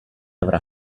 avrà